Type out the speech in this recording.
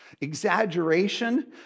exaggeration